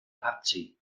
parti